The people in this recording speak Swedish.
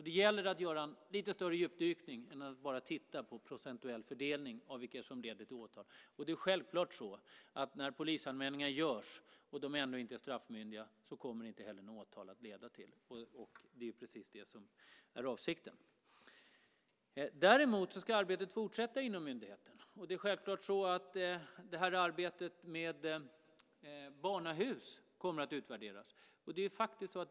Det gäller att göra en lite större djupdykning än att bara titta på procentuell fördelning av vad det är som leder till åtal. Det är självklart att när polisanmälningar görs av personer som ännu inte är straffmyndiga kommer det inte heller att leda till något åtal. Det är precis det som är avsikten. Däremot ska arbetet förstås fortsätta inom myndigheterna. Arbetet med barnahus kommer självfallet att utvärderas.